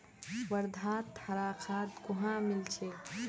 वर्धात हरा खाद कुहाँ मिल छेक